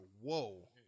whoa